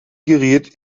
geriet